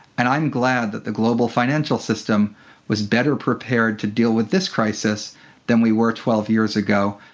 and i'm glad that the global financial system was better prepared to deal with this crisis than we were twelve years ago.